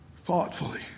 thoughtfully